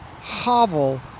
hovel